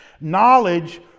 Knowledge